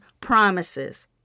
promises